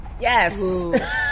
Yes